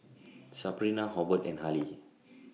Sabrina Hobert and Harley